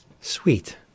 Sweet